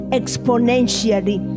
exponentially